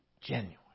genuine